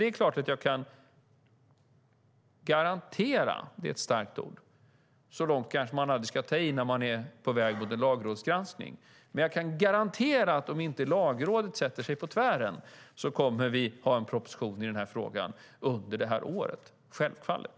Det kan jag garantera - det är ett starkt ord, så mycket ska man kanske inte ta i när man har en proposition som är på väg mot en lagrådsgranskning - att om inte Lagrådet sätter sig på tvären kommer vi att lägga fram en proposition i frågan under det här året, självfallet.